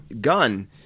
gun